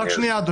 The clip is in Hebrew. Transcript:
רק שנייה,